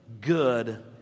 good